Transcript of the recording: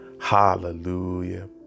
hallelujah